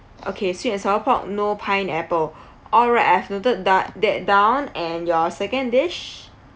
okay sweet and sour pork no pineapple alright I've noted d~ that down and your second dish